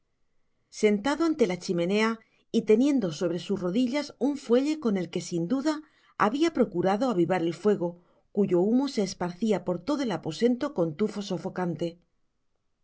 sentado ante h chimenea y teniendo sobre sus rodillas un fuelle con el que sin duda habia procurado avivar el fuego cuyo humo se esparcia por todo el aposento con tufo sofocante